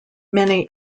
many